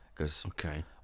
Okay